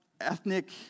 ethnic